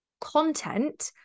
content